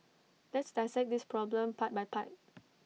let's dissect this problem part by part